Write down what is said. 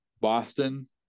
Boston